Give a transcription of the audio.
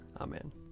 Amen